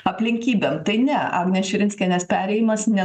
aplinkybėm tai ne agnės širinskienės perėjimas ne